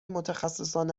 متخصصان